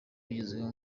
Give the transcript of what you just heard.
bigezweho